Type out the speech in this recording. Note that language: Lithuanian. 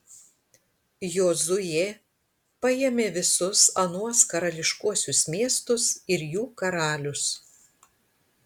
jozuė paėmė visus anuos karališkuosius miestus ir jų karalius